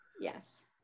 Yes